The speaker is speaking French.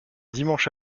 dimanche